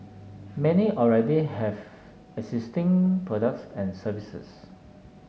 many already have existing products and services